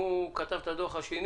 הוא כתב את הדוח השני,